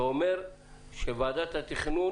אתה אומר שוועדת התכנון